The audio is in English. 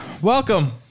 Welcome